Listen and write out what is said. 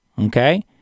Okay